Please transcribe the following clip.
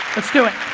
let's do it.